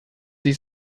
sich